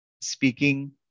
speaking